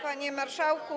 Panie Marszałku!